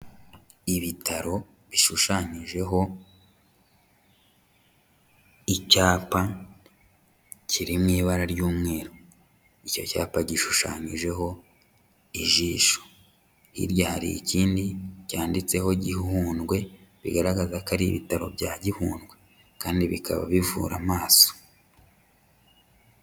Ibitaro bishushanyijeho icyapa kiri mu ibara ry'umweru, icyo cyapa gishushanyijeho ijisho. Hirya hari ikindi cyanditseho Gihundwe, bigaragaza ko ari ibitabo bya Gihundwe, kandi bikaba bivura amaso.